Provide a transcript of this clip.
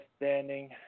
standing